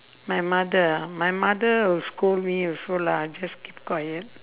my mother ah my mother will scold me also lah just keep quiet